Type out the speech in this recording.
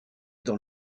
dans